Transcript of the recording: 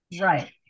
Right